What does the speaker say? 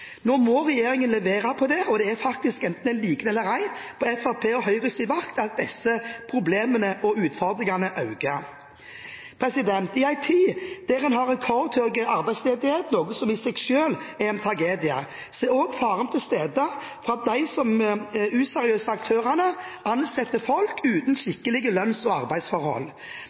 Nå må regjeringen levere på det. Det er faktisk, enten man liker det eller ei, på Fremskrittspartiet og Høyres vakt at disse problemene og utfordringene øker. I en tid da man har rekordhøy arbeidsledighet, noe som i seg selv er en tragedie, er også faren til stede for at de useriøse aktørene ansetter folk uten skikkelige lønns- og arbeidsforhold.